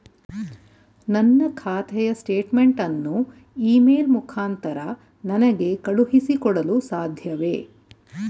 ನನ್ನ ಖಾತೆಯ ಸ್ಟೇಟ್ಮೆಂಟ್ ಅನ್ನು ಇ ಮೇಲ್ ಮುಖಾಂತರ ನನಗೆ ಕಳುಹಿಸಿ ಕೊಡಲು ಸಾಧ್ಯವೇ?